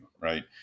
right